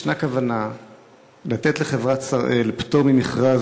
יש כוונה לתת לחברת "שראל" פטור ממכרז